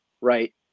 right